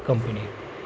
company